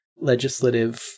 legislative